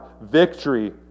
victory